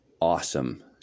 awesome